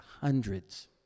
hundreds